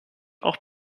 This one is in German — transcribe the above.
auch